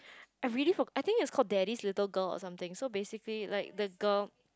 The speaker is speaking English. I really forgot~ I think it's called Daddy's Little Girl or something so basically like the girl